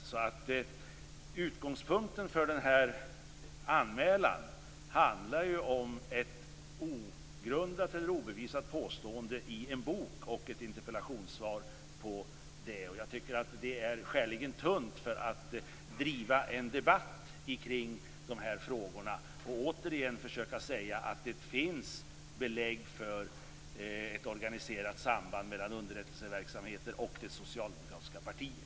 Utgångspunkten för anmälan är ett ogrundat eller obevisat påstående i en bok och ett interpellationssvar om detta påstående. Jag tycker att det är ett tunt skäl att driva en debatt kring dessa frågor och återigen försöka säga att det finns belägg för ett organiserat samband mellan underrättelseverksamheter och det socialdemokratiska partiet.